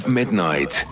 midnight